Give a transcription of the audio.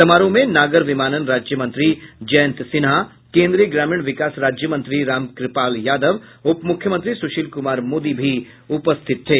समारोह में नागर विमानन राज्यमंत्री जयंत सिन्हा केन्द्रीय ग्रामीण विकास राज्यमंत्री रामकृपाल यादव उप मुख्यमंत्री सुशील कुमार मोदी भी उपस्थित थे